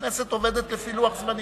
הכנסת עובדת לפי לוח-זמנים.